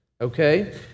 Okay